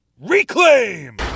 RECLAIM